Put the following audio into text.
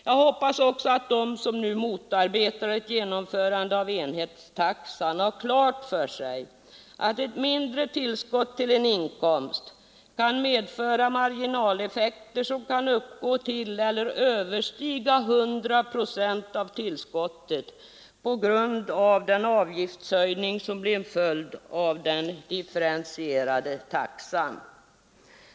Jag hoppas att de som nu motarbetar ett genomförande av enhetstaxan har klart för sig att ett mindre tillskott till en inkomst kan medföra marginaleffekter, som kan uppgå till, ja, överstiga 100 procent av tillskottet på grund av den avgiftshöjning som blir en följd av den differentierade taxan.